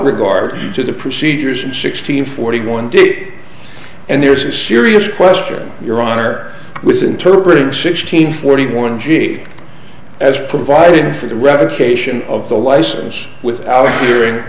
regard to the procedures and sixteen forty one did it and there is a serious question your honor was interpreted sixteen forty one ga as provided for the revocation of the license without a hearing